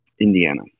Indiana